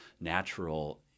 natural